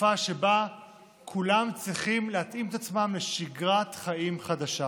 בתקופה שבה כולם צריכים להתאים את עצמם לשגרת חיים חדשה.